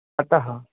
अतः